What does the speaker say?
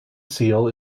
seal